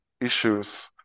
issues